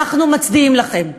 אנחנו מצדיעים לכם,